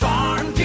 Farm